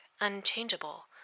unchangeable